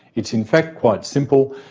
it's in fact quite simple.